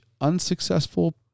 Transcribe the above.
unsuccessful